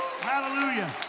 hallelujah